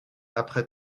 après